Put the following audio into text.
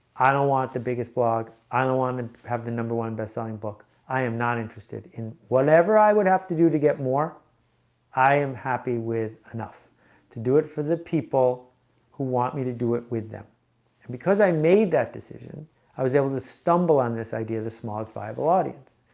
i don't want the biggest blog i don't wanna have the number one best-selling book. i am not interested in whatever i would have to do to get more i am happy with enough to do it for the people who want me to do it with them because i made that decision i was able to stumble on this idea of the smallest viable audience.